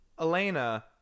Elena